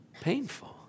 painful